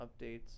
updates